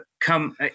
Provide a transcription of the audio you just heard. come